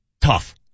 Tough